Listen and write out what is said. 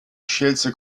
scelse